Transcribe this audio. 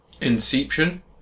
Inception